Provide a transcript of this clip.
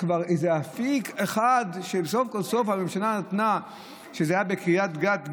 אפיק אחד שסוף כל סוף הממשלה נתנה בקריית גת ג',